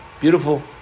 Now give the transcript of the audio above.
Beautiful